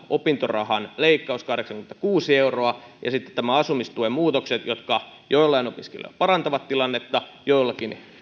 opintorahan leikkauksen kahdeksankymmentäkuusi euroa ja sitten näiden asumistuen muutosten jotka joillain opiskelijoilla parantavat tilannetta joillakin